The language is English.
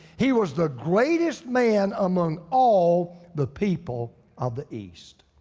he was the greatest man among all the people of the east.